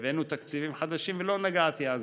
הבאנו תקציבים חדשים, ולא נגעתי בזה.